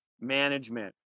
management